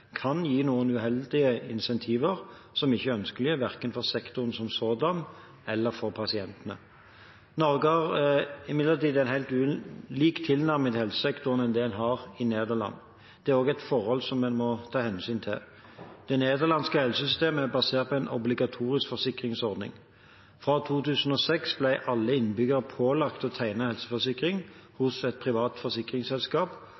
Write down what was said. kan gi noen uheldige incentiver som ikke er ønskelig verken for sektoren som sådan eller for pasientene. Norge har imidlertid en helt ulik tilnærming til helsesektoren i forhold til det en har i Nederland. Det er også et forhold en må ta hensyn til. Det nederlandske helsesystemet er basert på en obligatorisk forsikringsordning. Fra 2006 ble alle innbyggere pålagt å tegne helseforsikring